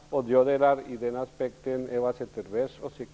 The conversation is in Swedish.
I det avseendet delar jag Eva Zetterbergs åsikt.